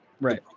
Right